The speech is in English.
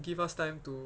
give us time to